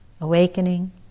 awakening